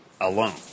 alone